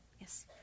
Yes